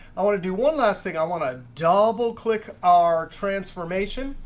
i want to do one last thing. i want to double click our transformation.